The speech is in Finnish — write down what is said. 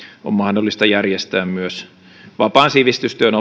on mahdollista järjestää myös vapaan sivistystyön